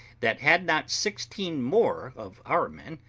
that, had not sixteen more of our men,